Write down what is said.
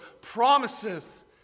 promises